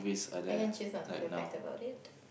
I can choose not to fear factor about it